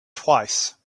twice